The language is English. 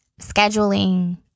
scheduling